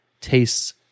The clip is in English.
tastes